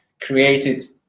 created